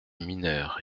mineur